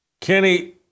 Kenny